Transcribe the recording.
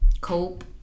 cope